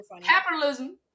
capitalism